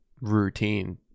routine